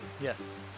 Yes